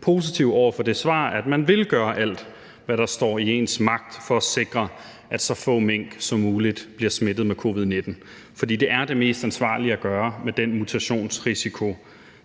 positiv over for svaret om, at man vil gøre alt, hvad der står i ens magt, for at sikre, at så få mink som muligt bliver smittet med covid-19. For det er det mest ansvarlige at gøre med den mutationsrisiko,